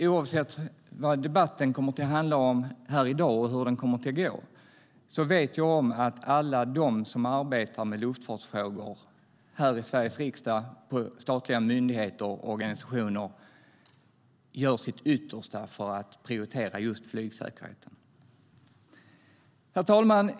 Oavsett vad debatten kommer att handla om i dag och hur den kommer att gå vet jag att alla de som arbetar med luftfartsfrågor här i Sveriges riksdag, på statliga myndigheter och i organisationer gör sitt yttersta för att prioritera just flygsäkerheten. Herr talman!